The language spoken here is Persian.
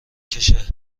کشهمگه